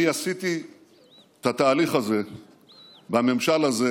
אני עשיתי את התהליך הזה בממשל הזה